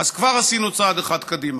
כבר עשינו צעד אחד קדימה.